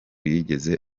yigeze